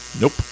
nope